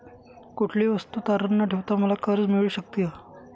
कुठलीही वस्तू तारण न ठेवता मला कर्ज मिळू शकते का?